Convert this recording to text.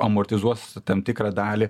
amortizuos tam tikrą dalį